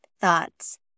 thoughts